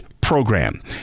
program